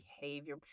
behavior